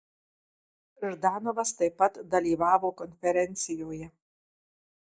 ždanovas taip pat dalyvavo konferencijoje